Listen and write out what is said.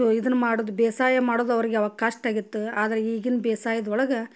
so ಇದನ್ನ ಮಾಡೋದು ಬೇಸಾಯ ಮಾಡೋದು ಅವ್ರಿಗೆ ಆವಾಗ ಕಷ್ಟ ಆಗಿತ್ತು ಆದರೆ ಈಗಿನ ಬೇಸಾಯದೊಳಗ